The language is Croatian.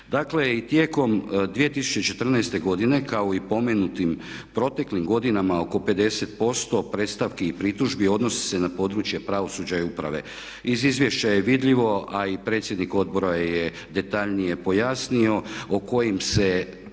Dakle, tijekom 2014. godine kao i u spomenutim proteklim godinama oko 50% predstavki i pritužbi odnosi se na područje pravosuđa i uprave. Iz izvješća je vidljivo, a i predsjednik odbora je detaljnije pojasnio o kojim se